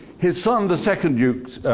his son, the second duke's,